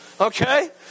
Okay